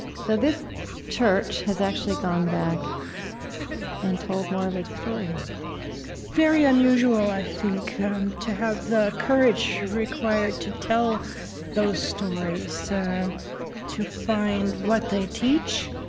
so this church has actually gone back and told more of its story very unusual, i think, to have the courage required to tell those stories, so to find what they teach.